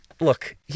look